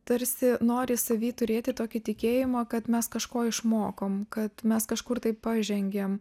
tarsi nori savy turėti tokį tikėjimą kad mes kažko išmokom kad mes kažkur tai pažengėm